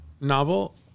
novel